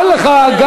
אין לך,